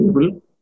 people